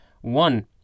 One